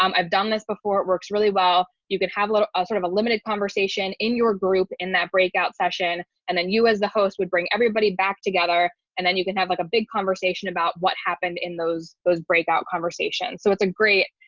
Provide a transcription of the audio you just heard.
um i've done this before it works really well. you can have a little ah sort of a limited conversation in your group in that breakout session. and then you as the host would bring everybody back together. and then you can have like a big conversation about what happened in those those breakout conversation. so it's a great,